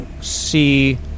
see